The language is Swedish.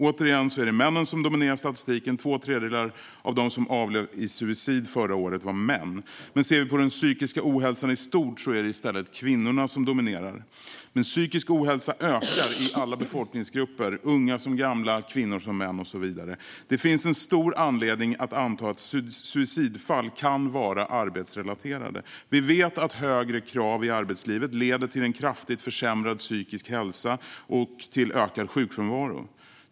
Återigen är det männen som dominerar statistiken. Två tredjedelar av dem som avled i suicid förra året var män. Men sett till den psykiska ohälsan i stort är det i stället kvinnorna som dominerar. Psykisk ohälsa ökar dock i alla befolkningsgrupper: unga som gamla, kvinnor som män och så vidare. Det finns stor anledning att anta att suicidfall kan vara arbetsrelaterade. Vi vet att högre krav i arbetslivet leder till en kraftigt försämrad psykisk hälsa och till ökad sjukfrånvaro.